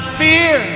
fear